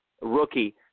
rookie